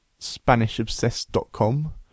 SpanishObsessed.com